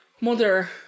mother